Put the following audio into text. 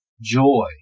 joy